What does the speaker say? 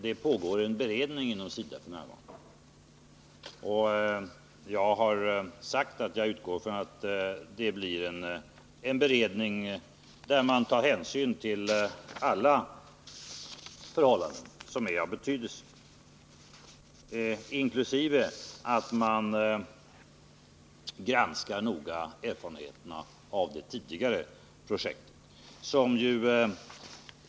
Det pågår f. n. en beredning inom SIDA, och jag har sagt att jag utgår från att man i denna kommer att ta hänsyn till alla förhållanden som är av betydelse, inkl. vad som kan komma ut av en noggrann granskning av erfarenheterna av det tidigare projektet.